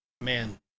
man